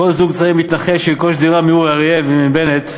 כל זוג צעיר מתנחל שירכוש דירה מאורי אריאל ומבנט,